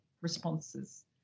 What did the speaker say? responses